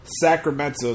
Sacramento